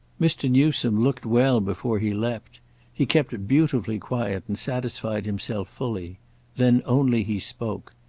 mr. newsome looked well before he leaped he kept beautifully quiet and satisfied himself fully then only he spoke.